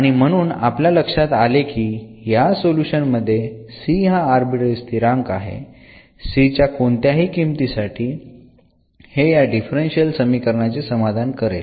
आणि म्हणू आपल्या लक्षात आले की ह्या सोल्युशन मध्ये c हा आर्बिट्ररी स्थिरांक आहे c च्या कोणत्याही किमतीसाठी हे या डिफरन्शियल समीकरणाचे समाधान करेल